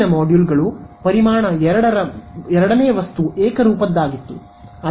ಹಿಂದಿನ ಮಾಡ್ಯೂಲ್ಗಳು ಪರಿಮಾಣ 2 ರ ಎರಡನೇ ವಸ್ತು ಏಕರೂಪದ್ದಾಗಿತ್ತು